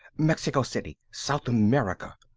mexico city. south america!